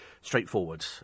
Straightforward